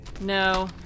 No